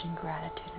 gratitude